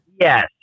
Yes